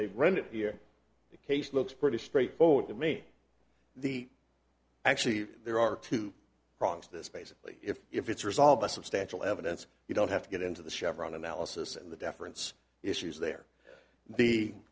they rendered here the case looks pretty straightforward to me the actually there are two prongs this basically if it's resolved by substantial evidence you don't have to get into the chevron analysis and the deference issues there